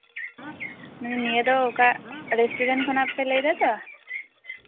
ᱱᱤᱭᱟᱹ ᱫᱚ ᱚᱠᱟ ᱨᱮᱥᱴᱩᱨᱮᱱᱴ ᱠᱷᱚᱱᱟᱜ ᱯᱮ ᱞᱟᱹᱭ ᱫᱟᱛᱚ